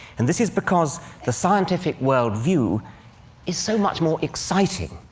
and this is because the scientific worldview is so much more exciting,